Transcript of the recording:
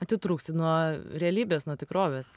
atitrūksti nuo realybės nuo tikrovės